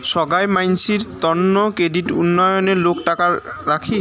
সোগাই মানসির তন্ন ক্রেডিট উনিয়ণে লোক টাকা রাখি